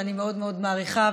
ואני מאוד מאוד מעריכה,